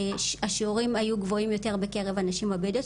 השיעורים היו גבוהים יותר בקרב הנשים הבדואיות,